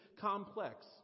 complex